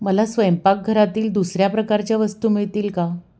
मला स्वयंपाकघरातील दुसऱ्या प्रकारच्या वस्तू मिळतील का